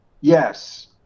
yes